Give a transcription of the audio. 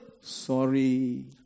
Sorry